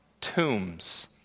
tombs